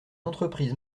entreprises